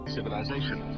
Civilization